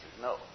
no